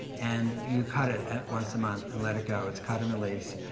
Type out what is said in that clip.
and you cut it once a month and let it go. it's cut and release,